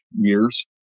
years